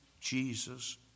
Jesus